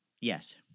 Yes